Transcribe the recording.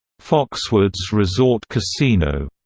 foxwoods resort casino.